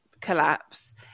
collapse